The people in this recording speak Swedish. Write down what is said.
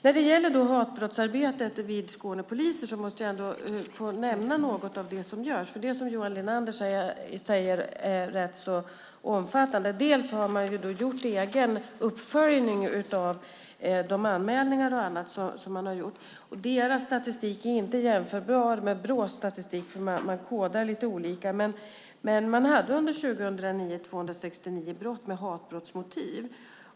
Jag ska nämna något av det som görs när det gäller hatbrottsarbetet vid Skånepolisen. Som Johan Linander sade är det arbetet rätt omfattande. Man har gjort en egen uppföljning av de anmälningar som har gjorts. Den statistiken är inte jämförbar med Brås statistik, för man kodar lite olika. Under 2009 hade man 269 brott med hatbrottsmotiv.